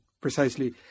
precisely